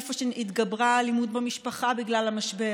איפה שהתגברה האלימות במשפחה בגלל המשבר.